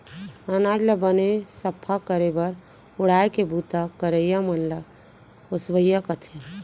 अनाज ल बने सफ्फा करे बर उड़ाय के बूता करइया मन ल ओसवइया कथें